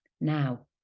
Now